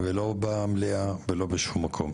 לא במליאה ולא בשום מקום.